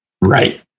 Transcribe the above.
Right